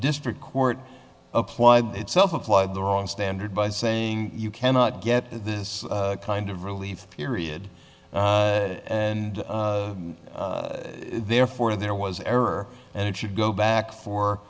district court applied itself applied the wrong standard by saying you cannot get this kind of relief period and therefore there was error and it should go back for